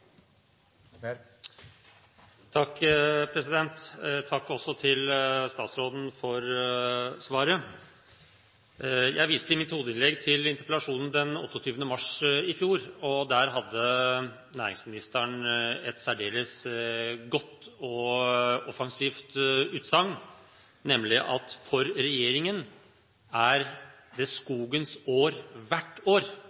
Takk til statsråden for svaret. Jeg viste i mitt hovedinnlegg til interpellasjonen den 28. mars i fjor. Der hadde næringsministeren et særdeles godt og offensivt utsagn, nemlig at for regjeringen er det skogens år